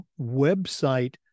website